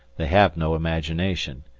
they have no imagination,